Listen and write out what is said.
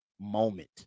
moment